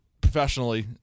professionally